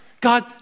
God